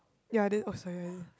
ya then oh sorry I